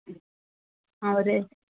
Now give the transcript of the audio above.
ம் ஆ ஆகுது